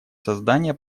создания